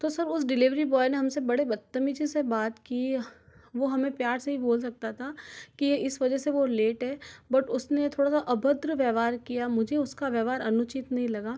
तो सर उस delivery boy ने हमसे बड़े बदतमीजी से बात की वह हमें प्यार से ही बोल सकता था कि इस वजह से वह लेट है बट उसने थोड़ा सा अभद्र व्यवहार किया मुझे उसका व्यवहार अनुचित नहीं लगा